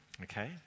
Okay